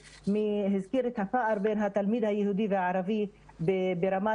והזכיר את הפער בין התלמיד היהודי והערבי ברמת